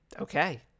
okay